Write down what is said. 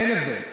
אין הבדל.